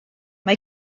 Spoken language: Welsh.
mae